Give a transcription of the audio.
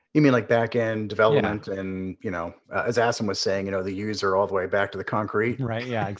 you mean like backend development? yeah. and you know as asim was saying, you know the user all the way back to the concrete. and right. yeah,